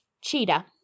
cheetah